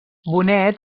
bonet